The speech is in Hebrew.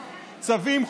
צווים,